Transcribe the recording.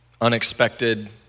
unexpected